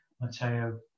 Matteo